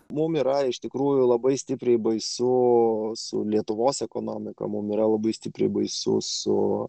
mums yra iš tikrųjų labai stipriai baisu o su lietuvos ekonomika mums yra labai stipriai baisus o